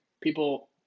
people